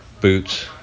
boots